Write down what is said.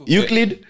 Euclid